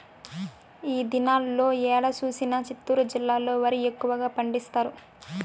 ఈ దినాల్లో ఏడ చూసినా చిత్తూరు జిల్లాలో వరి ఎక్కువగా పండిస్తారు